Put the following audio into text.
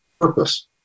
purpose